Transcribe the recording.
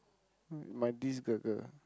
my this girl girl